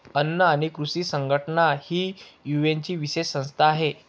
अन्न आणि कृषी संघटना ही युएनची विशेष संस्था आहे